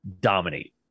dominate